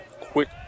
quick